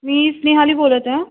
मी स्नेहाली बोलत आहे